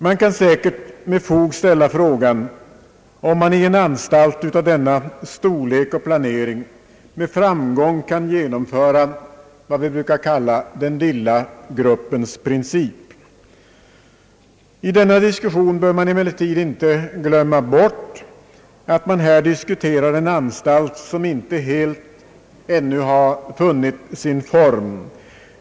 Man kan säkerligen med fog ställa frågan, om man i en anstalt av denna storlek och planering med framgång kan genomföra vad vi brukar kalla »den lilla gruppens princip». I denna diskussion bör man emellertid inte glömma bort att det här gäller en anstalt som ännu inte helt har funnit sin form.